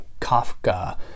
Kafka